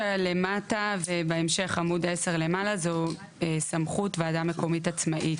למטה ובהמשך עמוד 10 למעלה זה סמכות ועדה מקומית עצמאית.